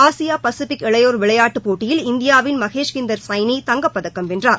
Asia Pacific இளையோர் விளையாட்டுப் போட்டியில் இந்தியாவின் மகேஷ்ஹிந்தர் சைனி தங்கப்பதக்கம் வென்றார்